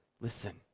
listen